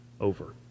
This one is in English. over